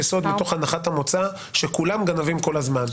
יסוד מתוך הנחת המוצא שכולם גנבים כל הזמן,